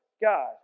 God